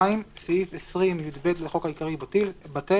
2. סעיף 20יב לחוק העיקרי בטל."